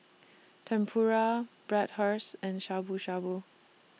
Tempura and Shabu Shabu